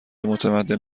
متمدن